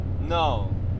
No